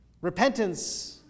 Repentance